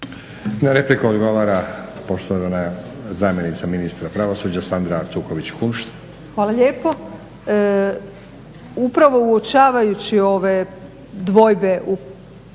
Na repliku odgovara poštovana zamjenica ministrica pravosuđa Sandra Artuković-Kunšt. **Artuković Kunšt, Sandra** Hvala lijepo. Upravo uočavajući ove dvojbe u